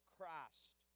Christ